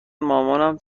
مامانم